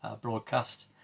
broadcast